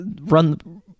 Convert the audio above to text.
Run